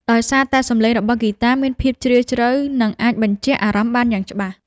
ដោយសារតែសំឡេងរបស់ហ្គីតាមានភាពជ្រាលជ្រៅ និងអាចបញ្ជាក់អារម្មណ៍បានយ៉ាងច្បាស់